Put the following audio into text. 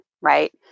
right